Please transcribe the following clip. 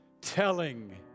telling